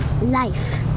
Life